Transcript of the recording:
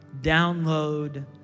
download